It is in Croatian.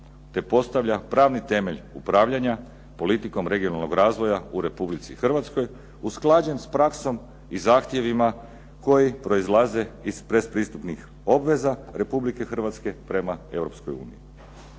te postavlja pravni temelj upravljanja politikom regionalnog razvoja u RH usklađen s praksom i zahtjevima koji proizlaze iz predpristupnih obveza RH prema EU.